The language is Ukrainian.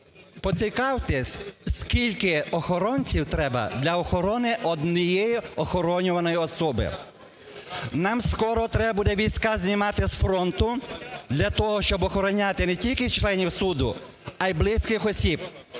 поцікавтеся, скільки охоронців треба для охорони однієї охоронюваної особи. Нам скоро треба буде війська знімати з фронту для того, щоб охороняти не тільки членів суду, а й близьких осіб.